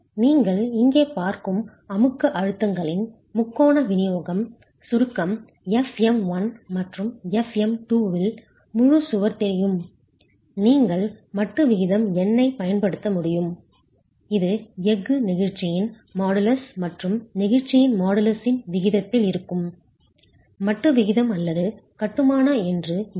நீங்கள் இங்கே பார்க்கும் அமுக்க அழுத்தங்களின் முக்கோண விநியோகம் சுருக்கம் fm1 மற்றும் fm2 இல் முழு சுவர் தெரியும் நீங்கள் மட்டு விகிதம் n ஐப் பயன்படுத்த முடியும் இது எஃகு நெகிழ்ச்சியின் மாடுலஸ் மற்றும் நெகிழ்ச்சியின் மாடுலஸின் விகிதத்தில் இருக்கும் மட்டு விகிதம் அல்லது கட்டுமான என்று எஃகு